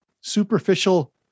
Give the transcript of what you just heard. superficial